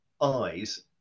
eyes